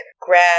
grab